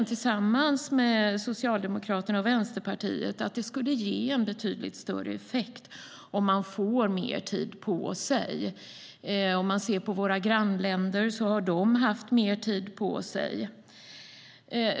Tillsammans med Socialdemokraterna och Vänsterpartiet gör vi dock bedömningen att det skulle ge en betydligt större effekt om man får mer tid på sig. Våra grannländer har haft mer tid på sig.